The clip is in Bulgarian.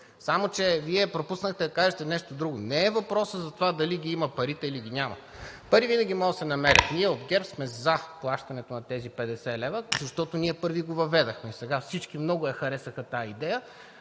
Само че Вие пропуснахте да кажете нещо друго. Не е въпросът за това дали ги има парите, или ги няма. Пари винаги могат да се намерят. От ГЕРБ сме за плащането на тези 50 лв., защото ние първи го въведохме. Сега всички много я харесаха тази идея,